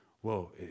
whoa